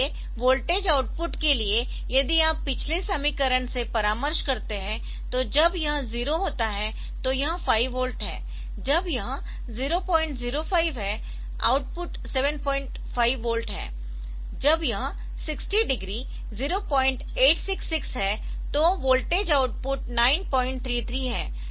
इसलिए voltage output के लिए यदि आप पिछले समीकरण से परामर्श करते है तो जब यह 0 होता है तो यह 5 वोल्ट है जब यह 005 है आउटपुट 75 वोल्ट है जब यह 60 डिग्री 0866 है तो वोल्टेज आउटपुट 933 है